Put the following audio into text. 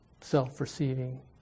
self-receiving